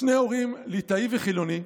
שני הורים, ליטאי וחילוני,